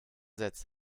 setzt